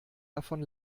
davon